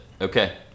Okay